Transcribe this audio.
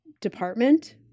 department